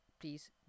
please